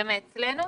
זה מאצלנו?